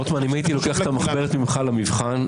לו הייתי לוקח ממך את המחברת כתלמיד ללמוד למבחן,